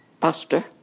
pastor